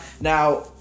Now